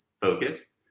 focused